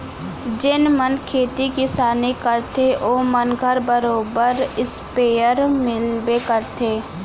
जेन मन खेती किसानी करथे ओ मन घर बरोबर इस्पेयर मिलबे करथे